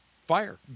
fire